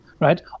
right